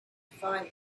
fight